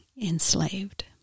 enslaved